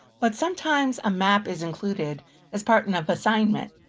but sometimes a map is included as part and of assignment.